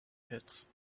pits